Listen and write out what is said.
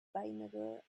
vinegar